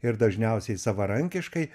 ir dažniausiai savarankiškai